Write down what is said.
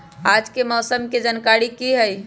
आज के मौसम के जानकारी कि हई?